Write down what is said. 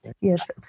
Yes